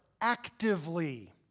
actively